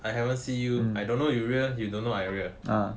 I haven't see you I don't know you real you don't know I real